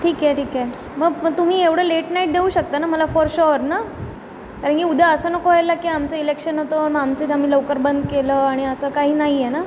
ठीक आहे ठीक आहे मग तुम्ही एवढं लेट नाईट देऊ शकता ना मला फॉर शॉअर ना कारण की उद्या असं नको व्हायला की आमचं इलेक्शन होतं मग आमचंही आम्ही लवकर बंद केलं आणि असं काही नाही आहे ना